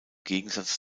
gegensatz